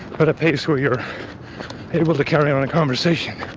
but a pace where you're able to carry on a conversation.